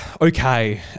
okay